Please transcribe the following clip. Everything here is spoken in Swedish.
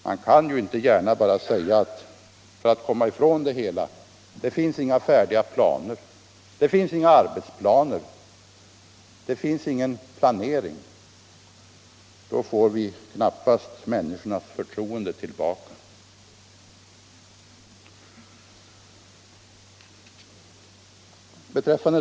Man kan inte gärna bara säga, för att komma ifrån det hela: Det finns inga färdiga planer, det finns inga arbetsplaner, det finns ingen planering! Då får vi knappast människornas förtroende tillbaka.